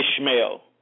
Ishmael